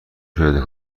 پیاده